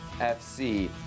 FC